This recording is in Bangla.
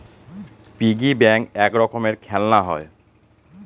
পিগি ব্যাঙ্ক এক রকমের খেলনা হয়